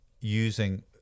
using